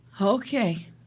Okay